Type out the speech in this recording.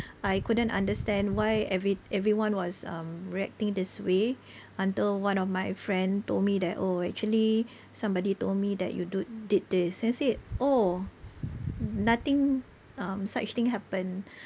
I couldn't understand why every everyone was um reacting this way until one of my friend told me that oh actually somebody told me that you do did this I said oh nothing um such thing happen